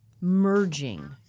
merging